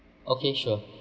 okay sure